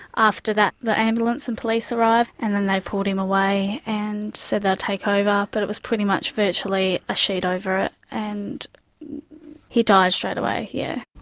after that the ambulance and police arrived, and then they pulled him away, and said they'd take over. but it was pretty much virtually a sheet over it. and he died straight away, yeah